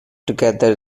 together